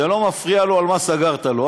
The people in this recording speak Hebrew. זה לא מפריע לו על מה סגרת לו,